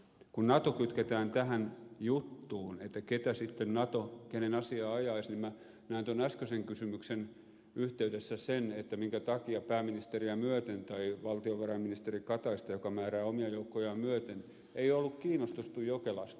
kun nato kytketään tähän juttuun että ketä sitten nato kenen asiaa ajaisi niin minä näen tuon äsköisen kysymyksen yhteydessä sen että minkä takia pääministeriä myöten tai valtiovarainministeri kataista joka määrää omia joukkojaan myöten ei ollut kiinnostuttu jokelasta